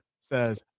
says